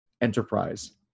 enterprise